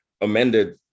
amended